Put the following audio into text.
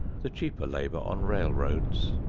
the cheaper labor on railroads,